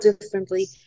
differently